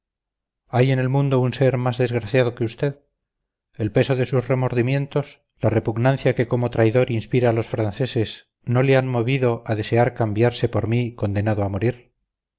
hay en el mundo un ser más desgraciado que usted el peso de sus remordimientos la repugnancia que como traidor inspira a los franceses no le han movido a desear cambiarse por mí condenado a morir